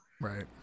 right